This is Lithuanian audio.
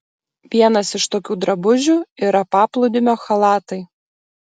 vienas iš tokių drabužių yra paplūdimio chalatai